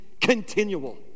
continual